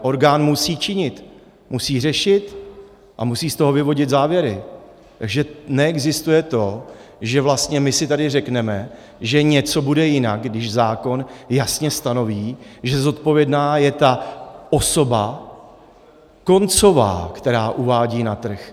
Orgán musí činit, musí řešit a musí z toho vyvodit závěry, že neexistuje to, že vlastně my si tady řekneme, že něco bude jinak, když zákon jasně stanoví, že zodpovědná je ta osoba koncová, která uvádí na trh.